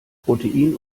protein